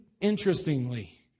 interestingly